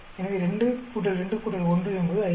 எனவே 2 2 1 என்பது 5